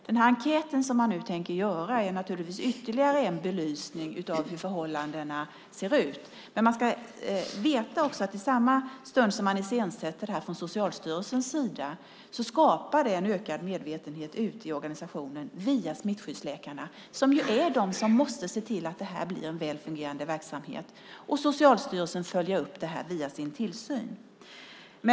Den enkät som man nu tänker göra är naturligtvis ytterligare en belysning av hur förhållandena ser ut. Man ska veta att i samma stund som man från Socialstyrelsens sida iscensätter detta skapar man också en ökad medvetenhet om detta ute i organisationen via smittskyddsläkarna, som ju är de som måste se till att detta blir en väl fungerande verksamhet. Socialstyrelsen följer upp det här via sin tillsyn.